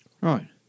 Right